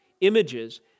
images